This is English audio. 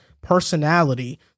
personality